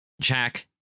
jack